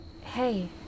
Hey